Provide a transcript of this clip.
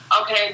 okay